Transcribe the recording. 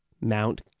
Mount